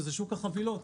שוק החבילות.